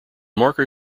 marker